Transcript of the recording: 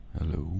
Hello